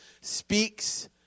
speaks